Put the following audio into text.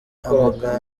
amagara